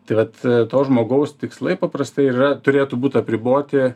tai vat to žmogaus tikslai paprastai ir yra turėtų būt apriboti